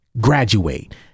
Graduate